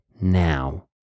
now